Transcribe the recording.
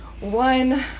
one